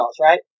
right